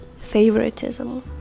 favoritism